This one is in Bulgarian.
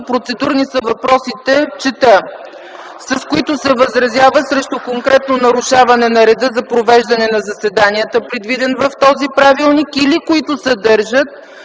Процедурни са въпросите, чета: „с които се възразява срещу конкретно нарушаване на реда за провеждане на заседанията, предвиден в този правилник, или които съдържат